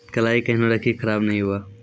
कलाई केहनो रखिए की खराब नहीं हुआ?